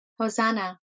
Hosanna